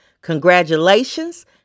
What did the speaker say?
Congratulations